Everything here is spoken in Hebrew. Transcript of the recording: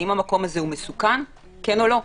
האם המקום הזה הוא מסוכן כן או לא.